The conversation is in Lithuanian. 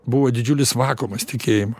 buvo didžiulis vakuumas tikėjimo